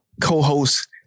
co-host